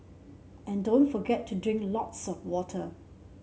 and don't forget to drink lots of water